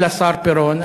גם לשר פירון,